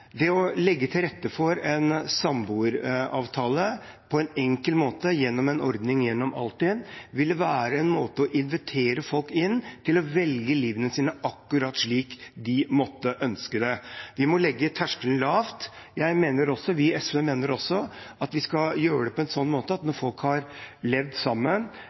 Det å legge til rette for en samboeravtale på en enkel måte gjennom en ordning i Altinn, ville være å invitere folk inn til å velge å leve livet sitt akkurat slik de måtte ønske. Vi må legge terskelen lavt. SV mener også at vi skal gjøre det på en sånn måte at når folk har levd sammen